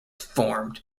formed